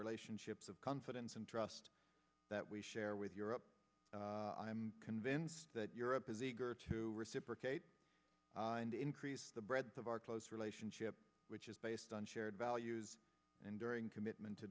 relationships of confidence and trust that we share with europe i am convinced that europe is eager to reciprocate and increase the breadth of our close relationship which is based on shared values and during commitment to